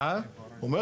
יש